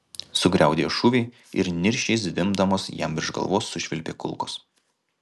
sugriaudėjo šūviai ir niršiai zvimbdamos jam virš galvos sušvilpė kulkos